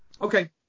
Okay